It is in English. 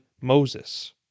Moses